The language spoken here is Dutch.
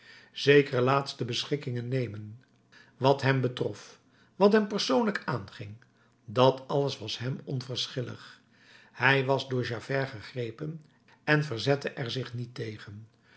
zekere laatste beschikkingen nemen wat hem betrof wat hem persoonlijk aanging dat alles was hem onverschillig hij was door javert gegrepen en verzette er zich niet tegen